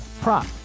prop